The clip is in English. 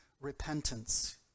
repentance